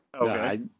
Okay